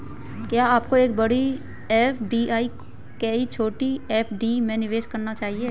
क्या आपको एक बड़ी एफ.डी या कई छोटी एफ.डी में निवेश करना चाहिए?